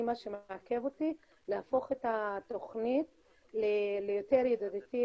מה שמעכב אותי זה להפוך את התוכנית ליותר ידידותית,